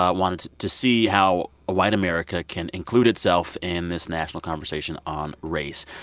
ah wanted to see how white america can include itself in this national conversation on race.